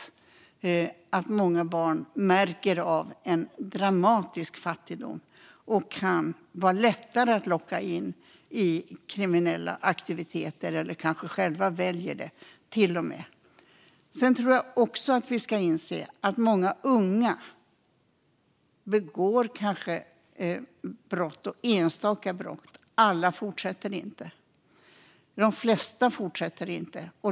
På grund av de nedskärningar vi tyvärr nu ser märker många barn av en dramatisk fattigdom. De kan då vara lättare att locka in i kriminella aktiviteter. De kanske till och med väljer det själva. Många unga begår enstaka brott, men de flesta fortsätter inte.